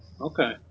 Okay